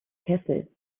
kessel